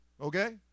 Okay